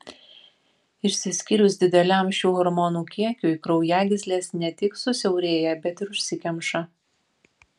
išsiskyrus dideliam šių hormonų kiekiui kraujagyslės ne tik susiaurėja bet ir užsikemša